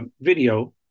video